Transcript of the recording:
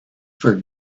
for